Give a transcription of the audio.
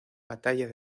batalla